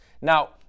Now